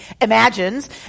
imagines